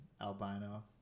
albino